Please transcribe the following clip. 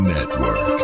Network